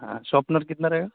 ہاں شاپنر کتنا رہے گا